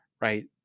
right